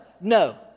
no